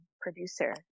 producer